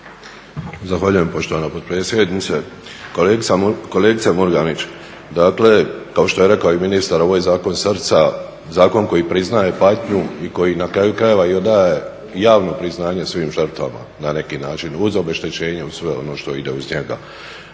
Zahvaljujem poštovana potpredsjednice. Kolegice Murganić, dakle kao što je rekao i ministar ovo je zakon srca, zakon koji priznaje patnju i koji na kraju krajeva i odaje javno priznanje svim žrtvama na neki način, uz obeštećenje, uz sve ono što ide uz njega.